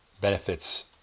benefits